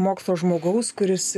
mokslo žmogaus kuris